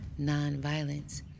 nonviolence